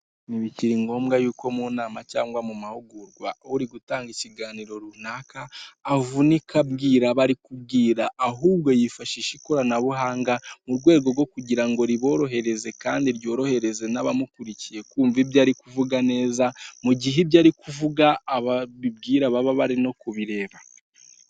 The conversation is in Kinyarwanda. Kuri iyi shusho ya gatatu ndabona ibinyabiziga by'abashinzwe umutekano wo mu Rwanda, ikinyabiziga kimwe gifite ikarita y'ikirango k'ibinyabiziga, gifite inyuguti ra na pa nomero magana abiri na makumyabiri na kane na.